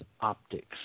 optics